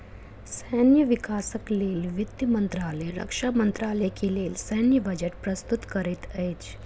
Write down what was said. सैन्य विकासक लेल वित्त मंत्रालय रक्षा मंत्रालय के लेल सैन्य बजट प्रस्तुत करैत अछि